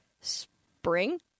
spring